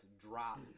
drop